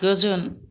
गोजोन